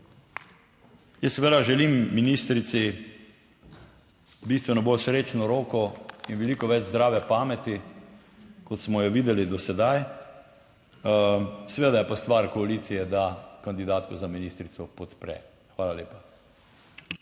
Jaz seveda želim ministrici bistveno bolj srečno roko in veliko več zdrave pameti kot smo jo videli do sedaj. Seveda je pa stvar koalicije, da kandidatka za ministrico podpre. Hvala lepa.